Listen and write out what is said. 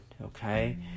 Okay